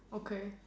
okay